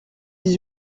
dix